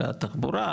תחבורה,